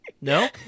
no